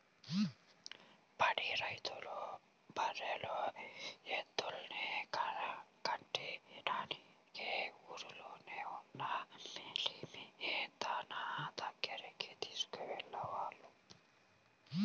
పాడి రైతులు బర్రెలు, ఎద్దుల్ని కట్టించడానికి ఊల్లోనే ఉన్న మేలిమి దున్న దగ్గరికి తీసుకెళ్ళేవాళ్ళు